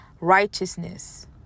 righteousness